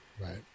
Right